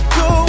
go